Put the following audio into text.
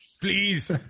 Please